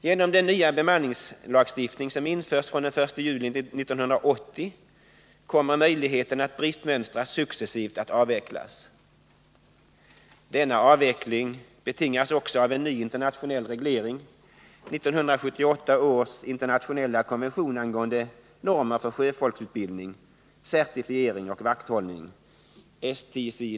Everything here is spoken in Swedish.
Genom den nya bemanningslagstiftning som införs från den 1 juli 1980 kommer möjligheten att bristmönstra successivt att avvecklas. Denna avveckling betingas också av en ny internationell reglering, 1978 års internationella konvention angående normer för sjöfolksutbildning, certifiering och vakthållning .